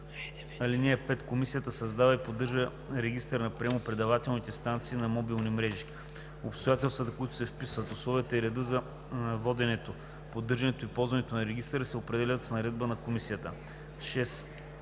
и 7: „(5) Комисията създава и поддържа регистър на приемно-предавателните станции на мобилни мрежи. Обстоятелствата, които се вписват, условията и редът за воденето, поддържането и ползването на регистъра се определят с наредба на Комисията. (6)